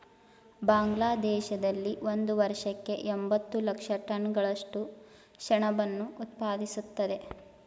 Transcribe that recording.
ಬಾಂಗ್ಲಾದೇಶದಲ್ಲಿ ಒಂದು ವರ್ಷಕ್ಕೆ ಎಂಬತ್ತು ಲಕ್ಷ ಟನ್ಗಳಷ್ಟು ಸೆಣಬನ್ನು ಉತ್ಪಾದಿಸ್ತದೆ